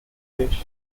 dish